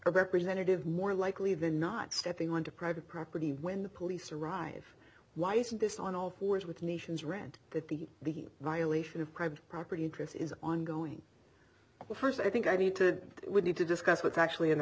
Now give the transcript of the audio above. representative more likely than not stepping on to private property when the police arrive why isn't this on all fours with nations rant that the violation of private property interests is ongoing well first i think i need to we need to discuss what's actually in the